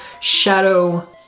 Shadow